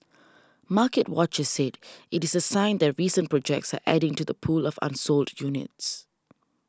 market watchers said it is a sign that recent projects are adding to the pool of unsold units